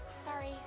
Sorry